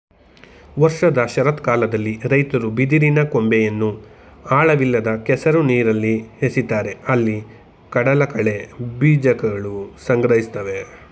ವರ್ಷದ ಶರತ್ಕಾಲದಲ್ಲಿ ರೈತರು ಬಿದಿರಿನ ಕೊಂಬೆಯನ್ನು ಆಳವಿಲ್ಲದ ಕೆಸರು ನೀರಲ್ಲಿ ಎಸಿತಾರೆ ಅಲ್ಲಿ ಕಡಲಕಳೆ ಬೀಜಕಗಳು ಸಂಗ್ರಹಿಸ್ತವೆ